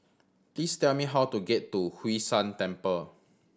please tell me how to get to Hwee San Temple